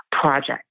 project